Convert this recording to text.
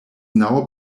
now